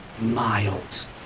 miles